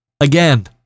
Again